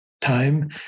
time